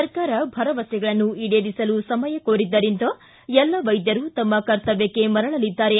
ಸರ್ಕಾರ ಭರವಸೆಗಳನ್ನು ಈಡೇರಿಸಲು ಸಮಯ ಕೋರಿದ್ದರಿಂದ ಎಲ್ಲ ವೈದ್ಯರು ತಮ್ಮ ಕರ್ತವ್ಯಕ್ಕೆ ಮರಳಲಿದ್ದಾರೆ